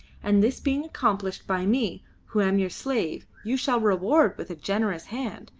and, this being accomplished by me who am your slave, you shall reward with a generous hand.